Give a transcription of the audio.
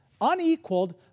unequaled